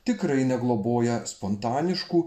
tikrai negloboja spontaniškų